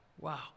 Wow